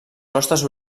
costes